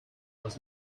was